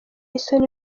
isoni